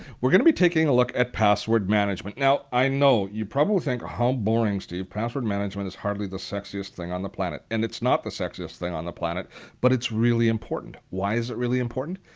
we're going to be taking a look at password management. now i know you probably think. how boring, steve. password management is hardly the sexiest thing on the planet. and it's not the sexiest thing on the planet but it's really important. why is it really important?